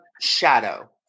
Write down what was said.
Shadow